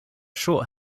short